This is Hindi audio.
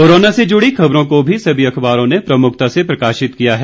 कोरोना से जुड़ी खबरों को भी सभी अखबारों ने प्रमुखता से प्रकाशित किया है